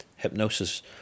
Hypnosis